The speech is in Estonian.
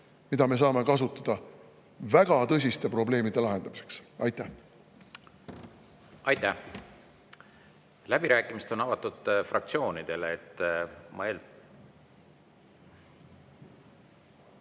mida me saame kasutada väga tõsiste probleemide lahendamiseks. Aitäh! Aitäh! Läbirääkimised on avatud fraktsioonide jaoks, ma eeldan